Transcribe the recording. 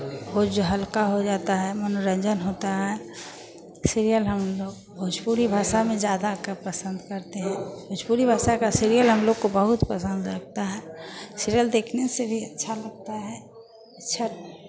बोझ हल्का हो जाता है मनोरंजन होता है सीरियल हम लोग भोजपुरी भाषा में ज़्यादा का पसंद करते हैं भोजपुरी भाषा का सीरियल हम लोग को बहुत पसंद लगता है सीरियल देखने से भी अच्छा लगता है अच्छा